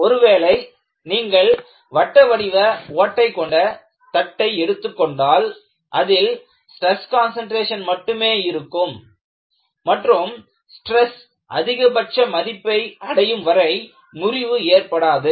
ஒருவேளை நீங்கள் வட்ட வடிவ ஓட்டைக் கொண்ட தட்டை எடுத்துக் கொண்டால் அதில் ஸ்ட்ரெஸ் கான்சன்ட்ரேஷன் மட்டுமே இருக்கும் மற்றும் ஸ்டிரஸ் அதிகபட்ச மதிப்பை அடையும்வரை முறிவு ஏற்படாது